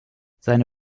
seine